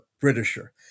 Britisher